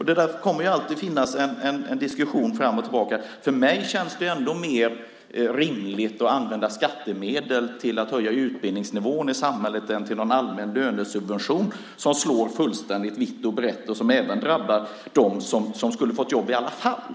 Det kommer att finnas en diskussion fram och tillbaka om detta. För mig känns det rimligare att använda skattemedel till att höja utbildningsnivån i samhället än till någon allmän lönesubvention som slår fullständigt vitt och brett och som även drabbar dem som skulle ha fått jobb i alla fall.